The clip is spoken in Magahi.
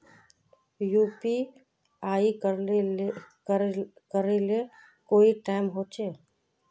यु.पी.आई करे ले कोई टाइम होचे?